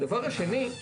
הדבר השני,